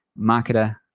marketer